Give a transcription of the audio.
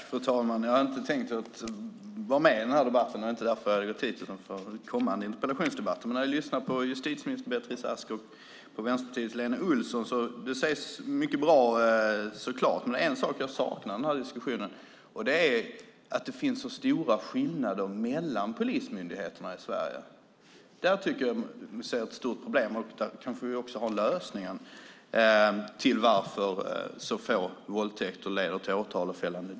Fru talman! Justitieminister Beatrice Ask och Vänsterpartiets Lena Olsson säger mycket bra saker så klart, men en sak som jag saknar i den här diskussionen är att det finns så stora skillnader mellan polismyndigheterna i Sverige. Där ser jag ett stort problem och kanske också svaret på varför så få våldtäkter leder till åtal och fällande dom.